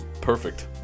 perfect